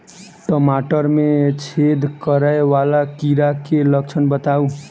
टमाटर मे छेद करै वला कीड़ा केँ लक्षण बताउ?